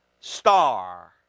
star